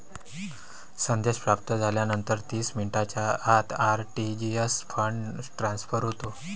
संदेश प्राप्त झाल्यानंतर तीस मिनिटांच्या आत आर.टी.जी.एस फंड ट्रान्सफर होते